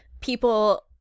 people